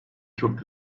çok